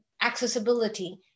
accessibility